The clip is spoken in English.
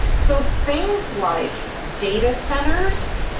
so things like data centers,